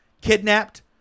kidnapped